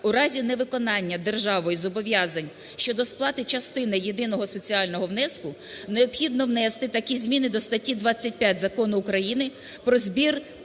у разі невиконання державою зобов'язань щодо сплати частини єдиного соціального внеску, необхідно внести такі зміни до статті 25 Закону України "Про збір